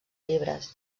llibres